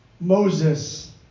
Moses